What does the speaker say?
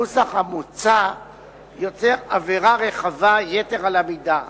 הנוסח המוצע יוצר עבירה רחבה יתר על המידה.